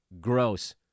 Gross